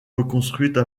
reconstruites